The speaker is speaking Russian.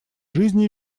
жизни